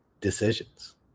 decisions